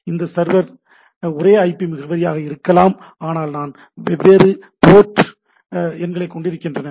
இது ஒரே சர்வர் ஒரே ஐபி முகவரியாக இருக்கலாம் ஆனால் நான் வெவ்வேறு போர்ட் எண்களைக் கொண்டிருக்கிறேன்